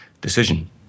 decision